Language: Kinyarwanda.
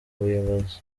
buyobozi